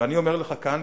ואני אומר לך כאן,